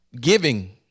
giving